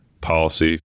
policy